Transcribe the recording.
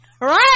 Right